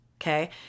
Okay